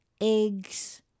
eggs